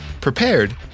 prepared